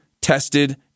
tested